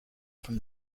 from